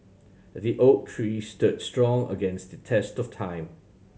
the oak tree stood strong against the test of time